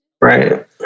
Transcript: Right